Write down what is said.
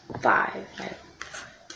Five